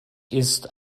ist